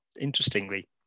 Interestingly